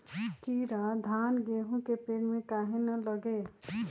कीरा धान, गेहूं के पेड़ में काहे न लगे?